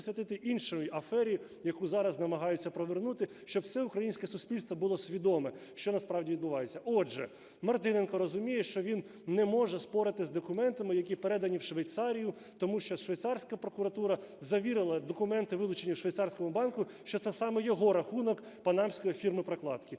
присвятити іншій афері, яку зараз намагаються провернути, щоб все українське суспільство було свідоме, що насправді відбувається. Отже, Мартиненко розуміє, що він не може спорити з документами, які передані в Швейцарію, тому що швейцарська прокуратура завірила документи, вилучені у швейцарському банку, що це саме його рахунок панамської фірми-прокладки.